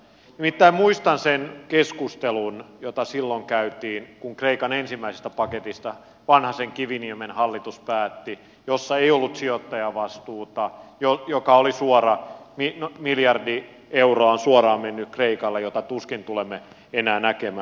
nimittäin muistan sen keskustelun jota silloin käytiin kun vanhasenkiviniemen hallitus päätti kreikan ensimmäisestä paketista jossa ei ollut sijoittajavastuuta jossa kreikalle on suoraan mennyt miljardi euroa jota tuskin tulemme enää näkemään